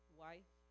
wife